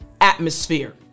atmosphere